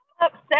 upset